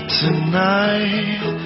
tonight